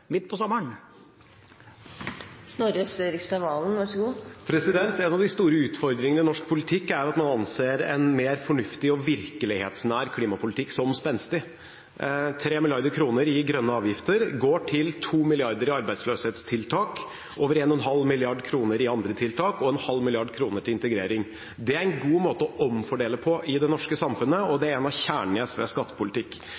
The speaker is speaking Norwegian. midt på sommeren. En av de store utfordringene i norsk politikk er at man anser en mer fornuftig og virkelighetsnær klimapolitikk som «spenstig». Av 3 mrd. kr i grønne avgifter går 2 mrd. kr til arbeidsløshetstiltak, over 1,5 mrd. kr til andre tiltak og 0,5 mrd. kr til integrering. Det er en god måte å omfordele på i det norske samfunnet, og